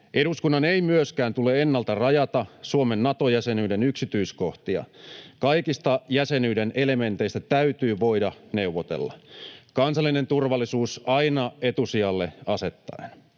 Eduskunnan ei myöskään tule ennalta rajata Suomen Nato-jäsenyyden yksityiskohtia. Kaikista jäsenyyden elementeistä täytyy voida neuvotella, kansallinen turvallisuus aina etusijalle asettaen.